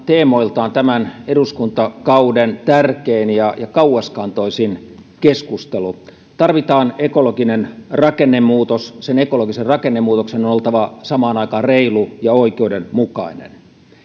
teemoiltaan varmaan tämän eduskuntakauden tärkein ja kauaskantoisin keskustelu tarvitaan ekologinen rakennemuutos sen ekologisen rakennemuutoksen on oltava samaan aikaan reilu ja oikeudenmukainen